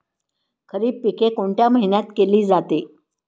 खरीप पिके कोणत्या महिन्यात केली जाते?